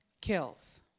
kills